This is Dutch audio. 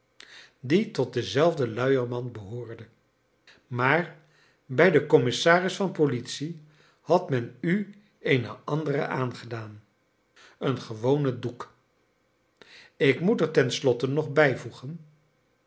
die tot dezelfde luiermand behoorde maar bij den commissaris van politie had men u eene andere aangedaan een gewonen doek ik moet er ten slotte nog bijvoegen